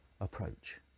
approach